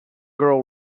girl